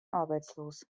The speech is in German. arbeitslos